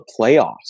playoffs